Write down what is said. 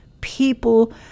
people